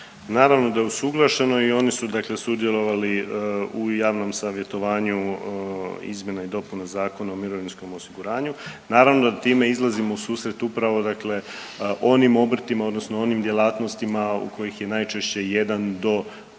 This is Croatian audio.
Naravno da je usuglašeno. I oni su dakle sudjelovali u javnom savjetovanju izmjena i dopuna Zakona o mirovinskom osiguranju. Naravno da time izlazimo u susret upravo dakle onim obrtima odnosno onim djelatnostima u kojih je najčešće jedan